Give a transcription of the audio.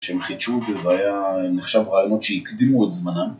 שהם חידשו את זה, זה היה נחשב רעיונות שהקדימו את זמנם.